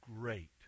great